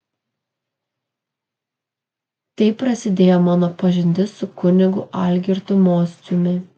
taip prasidėjo mano pažintis su kunigu algirdu mociumi